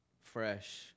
fresh